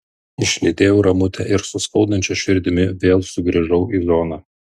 išlydėjau ramutę ir su skaudančia širdimi vėl sugrįžau į zoną